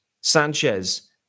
Sanchez